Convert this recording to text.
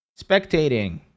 Spectating